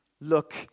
look